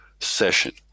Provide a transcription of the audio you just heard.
session